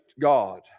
God